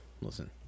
Listen